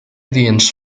aliens